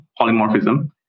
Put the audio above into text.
polymorphism